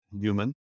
human